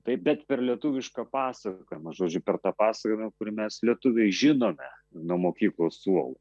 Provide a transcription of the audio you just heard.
taip bet per lietuvišką pasakojimą žodžiu per tą pasakojimą kurį mes lietuviai žinome nuo mokyklos suolo